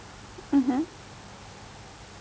mmhmm